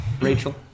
Rachel